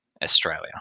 australia